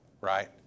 right